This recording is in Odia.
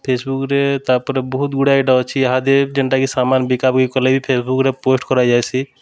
ଫେସ୍ବୁକ୍ରେ ତାର୍'ପରେ ବହୁତ୍ ଗୁଡ଼େ ଇଟା ଅଛେ ଇହାଦେ ଯେନ୍ଟାକି ସାମାନ୍ ବିକାବିକି କଲେ ବି ଫେସ୍ବୁକ୍ରେ ପୋଷ୍ଟ୍ କରାଯାଏସି